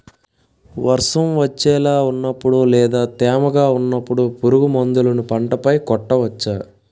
వర్షం వచ్చేలా వున్నపుడు లేదా తేమగా వున్నపుడు పురుగు మందులను పంట పై కొట్టవచ్చ?